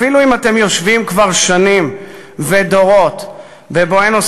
אפילו אם אתם יושבים כבר שנים ודורות בבואנוס-איירס,